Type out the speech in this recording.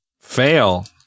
Fail